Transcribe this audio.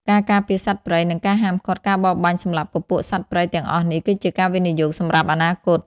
ការការពារសត្វព្រៃ និងការហាមឃាត់ការបរបាញ់សម្លាប់ពពួកសត្វព្រៃទាំងអស់នេះគឺជាការវិនិយោគសម្រាប់អនាគត។